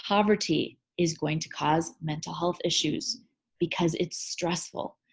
poverty is going to cause mental health issues because it's stressful.